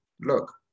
look